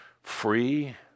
free